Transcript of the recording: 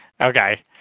Okay